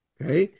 Okay